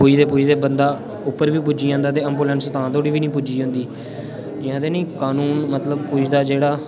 पुज्जदे पुज्जदे बंदा उप्पर बी पुज्जी जंदा ते एम्बुलेंस तां धोड़ी बी निं पुज्जी जन्दी ते आखदे नी कानून मतलब पुज्जदा जेह्ड़ा